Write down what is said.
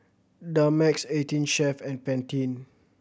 Dumex Eighteen Chef and Pantene